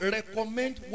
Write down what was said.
Recommend